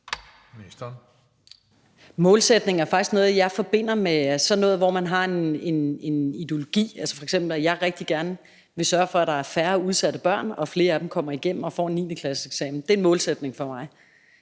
målsætning er faktisk noget, som jeg forbinder med sådan noget, hvor man har en ideologi, altså f.eks. at jeg rigtig gerne vil sørge for, at der er færre udsatte børn, og at flere af dem kommer igennem og får en 9.-klasseeksamen. Det er en målsætning for mig.